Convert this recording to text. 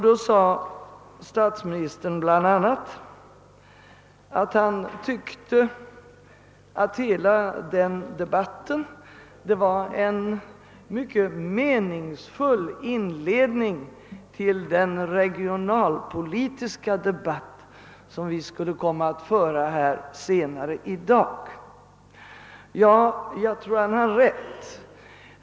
Då sade statsministern bl.a. att han tyckte, att hela den debatten var en mycket meningsfull inledning till den regionalpolitiska debatt, som vi skulle komma att föra här senare i dag. Jag tror att han har rätt.